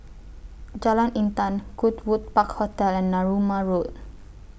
Jalan Intan Goodwood Park Hotel and Narooma Road